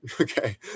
Okay